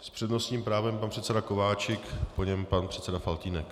S přednostním právem pan předseda Kováčik, po něm pan předseda Faltýnek.